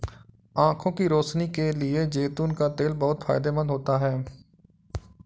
आंखों की रोशनी के लिए जैतून का तेल बहुत फायदेमंद होता है